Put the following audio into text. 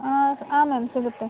ಹಾಂ ಹಾಂ ಮ್ಯಾಮ್ ಸಿಗುತ್ತೆ